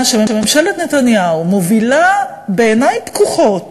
שממשלת נתניהו מובילה בעיניים פקוחות